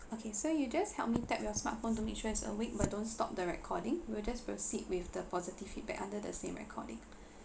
okay so you just help me tap your smartphone to make sure it's awake but don't stop the recording we'll just proceed with the positive feedback under the same recording